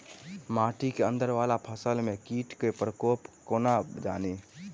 माटि केँ अंदर वला फसल मे कीट केँ प्रकोप केँ कोना जानि?